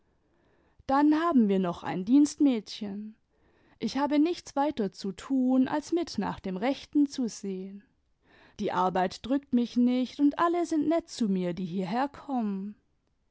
dann haben wir noch ein dienstmädchen ich habe nichts weiter zu tun als mit nach dem rechten zu sehen die arbeit drückt mich nicht und alle sind nett zu mir die